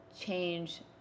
Change